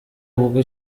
ubwo